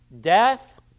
death